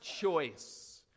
choice